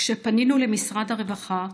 כשפנינו למשרד הרווחה,